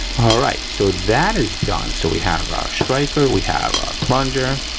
all right, so that is done. so we have our striker, we have our plunger,